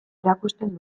erakusten